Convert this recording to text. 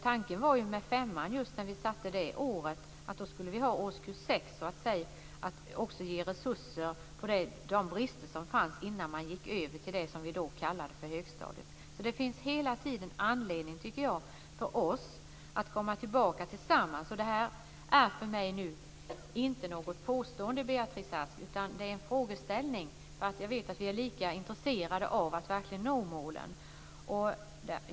Tanken med att ha just årskurs 5 var ju att då skulle vi även ha årskurs 6 för att ge resurser till de brister som fanns innan eleven gick över till det som vi då kallade för högstadiet. Det finns alltså hela tiden anledning, tycker jag, för oss att komma tillbaka tillsammans. Det här är för mig nu inte något påstående, Beatrice Ask, utan en frågeställning. Jag vet att vi är lika intresserade av att nå målen.